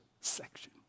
section